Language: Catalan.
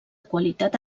qualitat